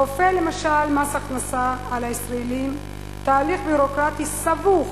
כופה למשל מס הכנסה על הישראלים תהליך ביורוקרטי סבוך